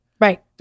Right